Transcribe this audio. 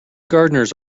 gardeners